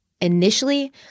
initially